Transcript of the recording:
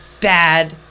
bad